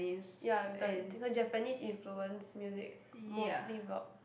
ya the they got Japanese influenced music mostly rock